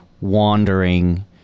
wandering